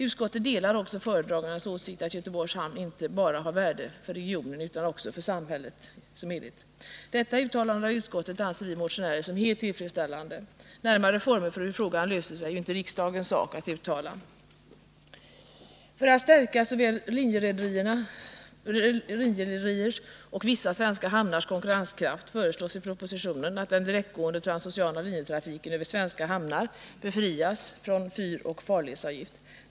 Utskottet delar också föredragandens åsikt att Göteborgs hamn inte bara har värde för regionen utan också för samhället som helhet. Detta uttalande av utskottet anser vi motionärer vara helt tillfredsställande. Närmare former för hur frågan skall lösas är det ju inte riksdagens sak att uttala sig om. För att stärka såväl linjerederiers som vissa svenska hamnars konkurrenskraft föreslås i propositionen att den direktgående transoceana linjetrafiken över svenska hamnar befrias från fyroch farledsavgift.